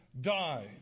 die